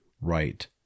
right